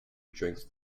drinks